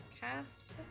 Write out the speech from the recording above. cast